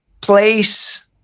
place